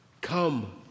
come